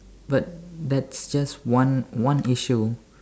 but that's just one one issue